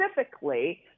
specifically